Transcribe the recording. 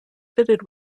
fitted